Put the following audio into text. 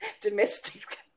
domestic